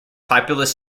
populous